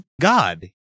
God